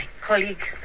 colleague